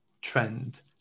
trend